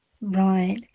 Right